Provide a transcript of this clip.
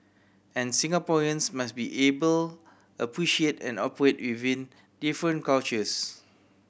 and Singaporeans must be able appreciate and operate within different cultures